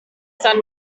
sun